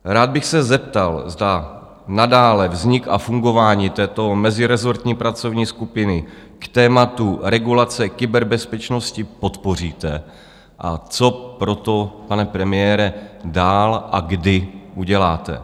Rád bych se zeptal, zda nadále vznik a fungování této mezirezortní pracovní skupiny k tématu regulace kyberbezpečnosti podpoříte a co pro to, pane premiére, dál a kdy uděláte.